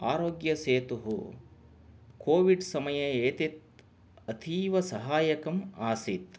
आरोग्यसेतुः COVID समये एतत् अतीव सहाय्यकम् आसीत्